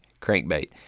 crankbait